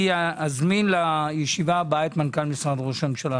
ואזמין לישיבה הבאה את מנכ"ל משרד ראש הממשלה,